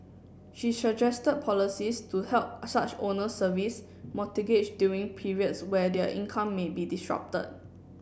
she suggested policies to help such owners service during periods where their income may be disrupted